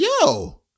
yo